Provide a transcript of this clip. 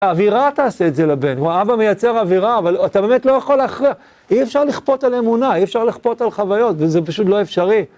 האווירה תעשה את זה לבן, האבא מייצר אווירה, אבל אתה באמת לא יכול להכריח. אי אפשר לכפות על אמונה, אי אפשר לכפות על חוויות, וזה פשוט לא אפשרי.